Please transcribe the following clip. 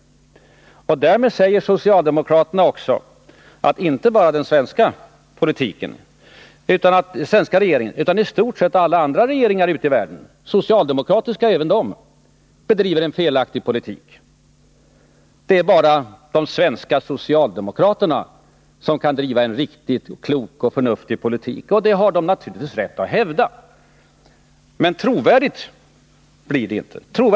Därmed säger socialdemokraterna att inte bara den svenska regeringen utan i stort sett också alla andra regeringar ute i världen — även socialdemokratiska — bedriver en felaktig politik. Det är bara de svenska socialdemokraterna som kan driva en riktig, klok och förnuftig politik. Det har de naturligtvis rätt att hävda. Men trovärdigt blir det inte!